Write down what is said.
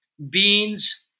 Beans